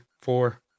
four